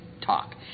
talk